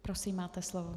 Prosím, máte slovo.